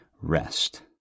rest